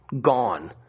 gone